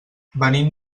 venim